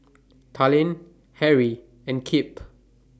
Talen Harry and Kip